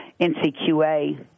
NCQA